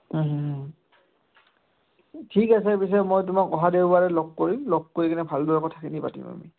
ঠিক আছে পিছে মই তোমাক অহা দেওবাৰে লগ কৰিম লগ কৰি কিনে ভালদৰে কথাাখিনি পাতিম আমি